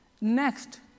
Next